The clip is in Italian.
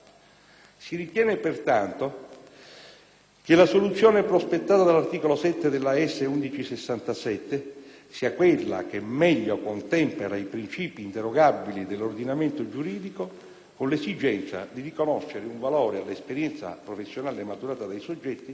Si ritiene, pertanto, che la soluzione prospettata dall'articolo 7 dell'Atto Senato n. 1167 sia quella che meglio contempera i principi inderogabili dell'ordinamento giuridico con l'esigenza di riconoscere un valore all'esperienza professionale maturata dai soggetti